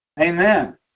Amen